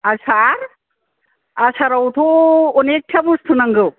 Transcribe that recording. आसार आसारावथ' अनेखथा बस्तु नांगौ